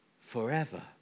forever